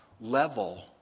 level